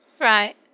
Right